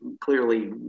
Clearly